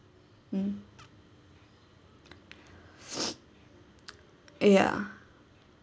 mm ya